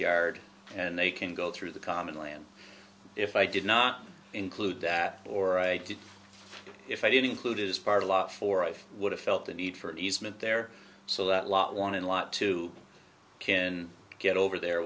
yard and they can go through the common land if i did not include that or i did if i did include is part of law for i would have felt the need for an easement there so that lot wanted a lot to kin get over there